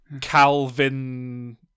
Calvin